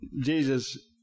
Jesus